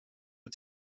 ett